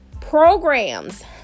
Programs